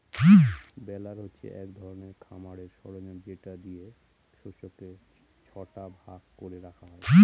বেলার হচ্ছে এক ধরনের খামারের সরঞ্জাম যেটা দিয়ে শস্যকে ছটা ভাগ করে রাখা হয়